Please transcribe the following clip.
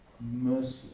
mercy